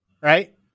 Right